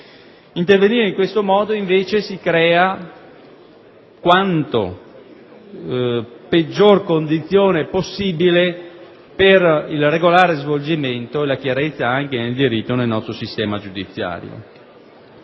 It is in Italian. Intervenire in questo modo è causa invece della peggiore condizione possibile per il regolare svolgimento e la chiarezza del diritto nel nostro sistema giudiziario.